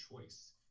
choice